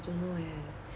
I don't know eh